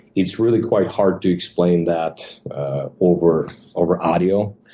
it's really quite hard to explain that over over audio,